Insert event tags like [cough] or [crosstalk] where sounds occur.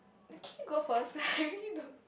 can you go first [laughs] I really don't